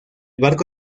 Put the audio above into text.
barco